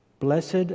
Blessed